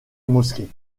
mosquées